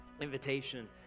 invitation